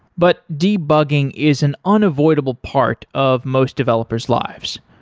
but debugging is an unavoidable part of most developers' lives.